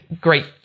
great